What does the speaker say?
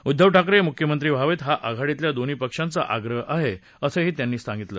उद्वव ठाकरे मुख्यमंत्री व्हावेत हा आघाडीतल्या दोन्ही पक्षांचा आग्रह आहे असं त्यांनी सांगितलं